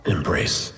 Embrace